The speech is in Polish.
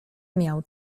miał